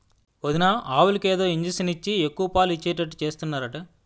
వదినా ఆవులకు ఏదో ఇంజషను ఇచ్చి ఎక్కువ పాలు ఇచ్చేటట్టు చేస్తున్నారట